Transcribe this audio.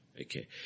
Okay